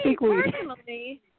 personally